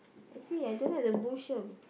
I see I don't have the bush here